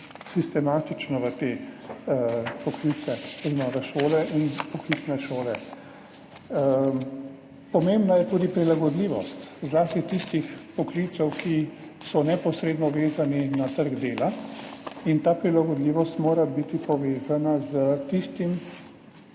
sistematično v te poklice oziroma v šole in poklicne šole. Pomembna je tudi prilagodljivost, zlasti tistih poklicev, ki so neposredno vezani na trg dela in ta prilagodljivost mora biti povezana s tistim